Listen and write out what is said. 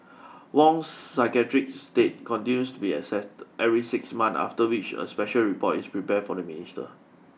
Wong's psychiatric state continues to be assessed every six months after which a special report is prepared for the minister